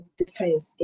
defense